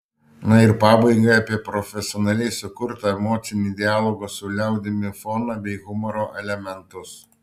na ir pabaigai apie profesionaliai sukurtą emocinį dialogo su liaudimi foną bei humoro elementus